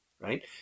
right